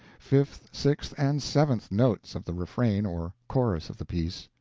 fifth, sixth, and seventh notes of the refrain or chorus of the piece.